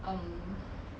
um